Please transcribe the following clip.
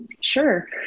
Sure